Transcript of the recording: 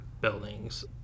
buildings